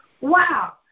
Wow